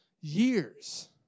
years